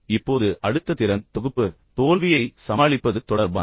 இப்போது அடுத்த திறன் தொகுப்பு தோல்வியை சமாளிப்பது தொடர்பானது